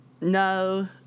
No